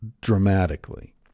dramatically